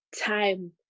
time